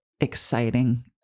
exciting